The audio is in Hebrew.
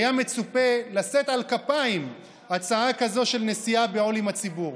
היה מצופה לשאת על כפיים הצעה כזאת של נשיאה בעול עם הציבור.